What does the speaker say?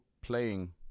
playing